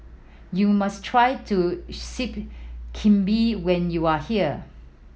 you must try to Sup Kambing when you are here